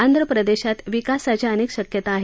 आंध्र प्रदेशात विकासाच्या अनेक शक्यता आहेत